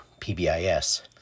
PBIS